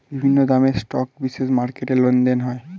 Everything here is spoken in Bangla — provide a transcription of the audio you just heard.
বিভিন্ন দামের স্টক বিশেষ মার্কেটে লেনদেন হয়